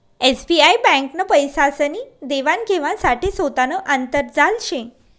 SBI ब्यांकनं पैसासनी देवान घेवाण साठे सोतानं आंतरजाल शे